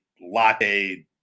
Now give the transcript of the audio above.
latte